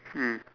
mm